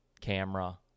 camera